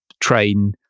train